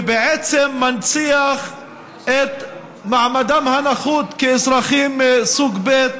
ובעצם מנציח את מעמדם הנחות כאזרחים סוג ב'